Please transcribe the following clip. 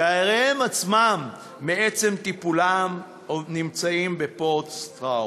כי הרי הם עצמם מעצם טיפולם נמצאים בפוסט-טראומה.